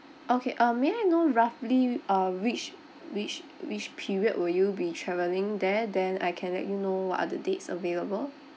okay um may I know roughly uh which which which period will you be travelling there then I can let you know what are the dates available